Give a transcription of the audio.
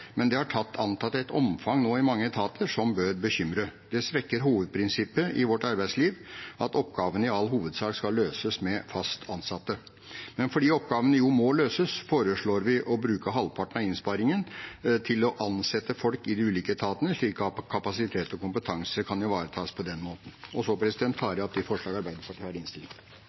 men det har nå antatt et omfang i mange etater som bør bekymre. Det svekker hovedprinsippet i vårt arbeidsliv, at oppgavene i all hovedsak skal løses med fast ansatte. Men fordi oppgavene må løses, foreslår vi å bruke halvparten av innsparingen til å ansette folk i de ulike etatene, slik at kapasitet og kompetanse kan ivaretas på den måten. Jeg tar opp forslaget Arbeiderpartiet står bak i denne saken. Representanten Svein Roald Hansen har